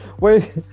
Wait